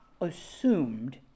assumed